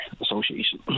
association